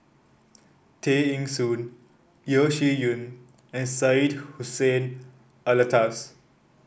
Tay Eng Soon Yeo Shih Yun and Syed Hussein Alatas